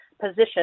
position